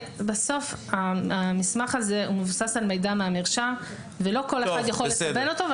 בסוף המסמך הזה מבוסס על מידע מהמרשם ולא כל אחד יכול לקבל אותו.